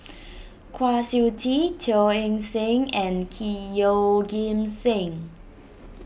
Kwa Siew Tee Teo Eng Seng and key Yeoh Ghim Seng